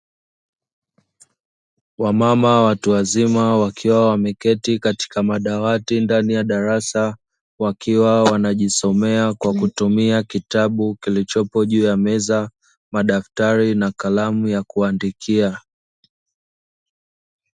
Wamama watu wazima wakiwa wameketi katika madawati ndani ya darasa, wakiwa wanajisomea kwa kutumia kitabu kilichopo juu ya meza. Madaftari na kalamu ya kuandikia.